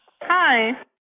hi